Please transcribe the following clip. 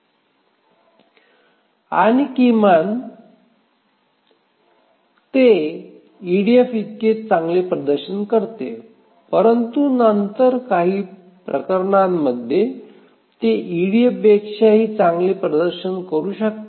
आणि ते किमान ईडीएफइतकेच चांगले प्रदर्शन करते परंतु नंतर काही प्रकरणांमध्ये ते ईडीएफपेक्षा चांगले प्रदर्शन करू शकते